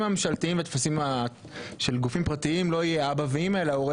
הממשלתיים וטפסים של גופים פרטיים לא יהיה אבא ואימא אלא הורה